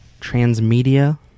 transmedia